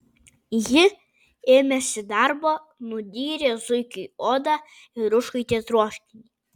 ji ėmėsi darbo nudyrė zuikiui odą ir užkaitė troškinį